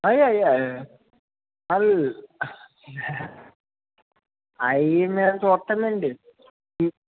అవి అవి అవి అవి మేము చూస్తానండి